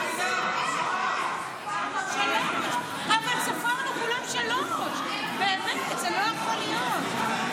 אבל ספרנו כולם שלוש, באמת, זה לא יכול להיות.